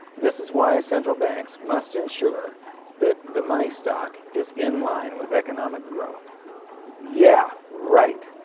this is why central banks must ensure that the money stock is in line with economic growth yeah, right!